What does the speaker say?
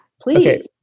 please